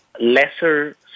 lesser